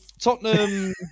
Tottenham